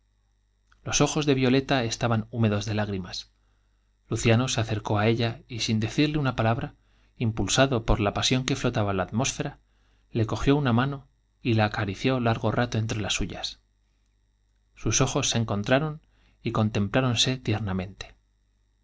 los ojos de violeta estaban húmedos de lágr imas luciano se acer có á ella y sin decirle una palabra impulsaclo por la pasión que flotaba en la atmósfera le cogió una mano y la acarició largo rato entre las suyas sus ojos se encontraron y contempláronse tier